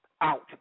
Out